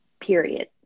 period